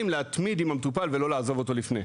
להתמיד עם המטופל ולא לעזוב אותו לפני.